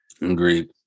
Agreed